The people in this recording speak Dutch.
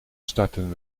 starten